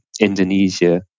Indonesia